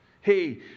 Hey